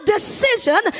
decision